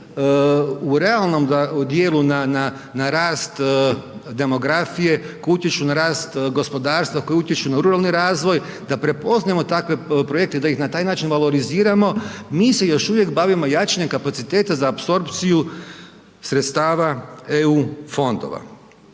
u realnom djelu na rast demografije, koji utječu na rast gospodarstava, koji utječu na ruralni razvoj, da prepoznajemo takve projekte, da ih na taj način valoriziramo, mi se još uvijek bavimo jačanjem kapaciteta za apsorpciju sredstava EU fondova.